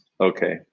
Okay